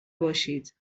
باشید